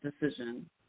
decision